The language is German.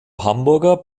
hamburger